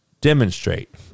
demonstrate